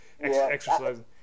exercising